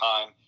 time